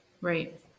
Right